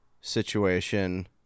situation